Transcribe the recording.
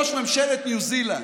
ראש ממשלת ניו זילנד,